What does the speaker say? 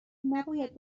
نباید